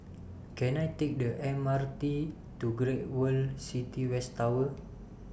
Can I Take The M R T to Great World City West Tower